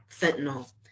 fentanyl